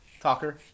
Talker